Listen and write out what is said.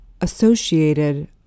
associated